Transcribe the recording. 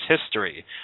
history